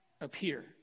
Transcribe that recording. appear